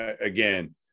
again